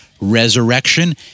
Resurrection